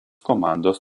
komandos